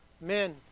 men